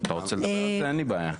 אתה רוצה לדבר על זה, אין לי בעיה.